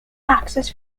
axis